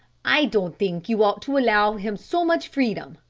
i don't think you ought to allow him so much freedom,